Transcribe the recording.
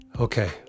Okay